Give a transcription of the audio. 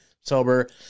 sober